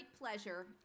pleasure